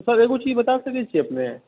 sir एगो चीज बता सकै छियै अपने